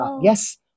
Yes